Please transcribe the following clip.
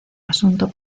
asunto